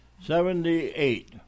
Seventy-eight